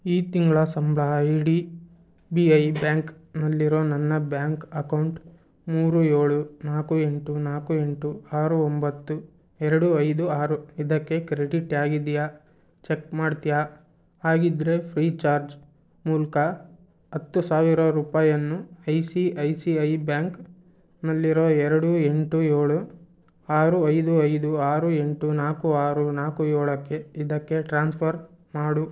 ಈ ತಿಂಗಳ ಸಂಬಳ ಐ ಡಿ ಬಿ ಐ ಬ್ಯಾಂಕ್ನಲ್ಲಿರುವ ನನ್ನ ಬ್ಯಾಂಕ್ ಅಕೌಂಟ್ ಮೂರು ಏಳು ನಾಲ್ಕು ಎಂಟು ನಾಲ್ಕು ಎಂಟು ಆರು ಒಂಬತ್ತು ಎರಡು ಐದು ಆರು ಇದಕ್ಕೆ ಕ್ರೆಡಿಟ್ ಆಗಿದೆಯಾ ಚಕ್ ಮಾಡ್ತೀಯಾ ಆಗಿದ್ರೆ ಫ್ರೀಚಾರ್ಜ್ ಮೂಳ ಹತ್ತು ಸಾವಿರ ರೂಪಾಯನ್ನು I C I C I ಬ್ಯಾಂಕ್ನಲ್ಲಿರೋ ಎರಡು ಎಂಟು ಏಳು ಆರು ಐದು ಐದು ಆರು ಎಂಟು ನಾಲ್ಕು ಆರು ನಾಲ್ಕು ಏಳಕ್ಕೆ ಇದಕ್ಕೆ ಟ್ರಾನ್ಸ್ಫರ್ ಮಾಡು